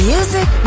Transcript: Music